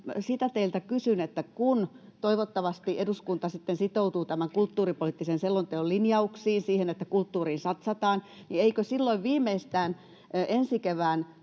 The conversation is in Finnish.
kysyn teiltä nyt sitä, että kun toivottavasti eduskunta sitten sitoutuu tämän kulttuuripoliittisen selonteon linjauksiin — siihen, kulttuuriin satsataan — niin eikö viimeistään ensi kevään